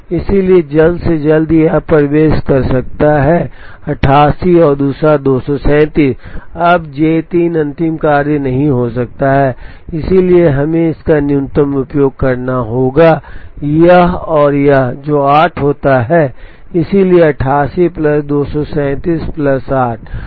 इसलिए जल्द से जल्द यह प्रवेश कर सकता है 88 और दूसरा 237 अब J 3 अंतिम कार्य नहीं हो सकता है इसलिए हमें इसका न्यूनतम उपयोग करना होगा संदर्भ स्लाइड समय 2916 यह और यह जो 8 होता है इसलिए 88 प्लस 237 प्लस 8